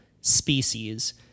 species